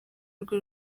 rwe